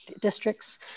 districts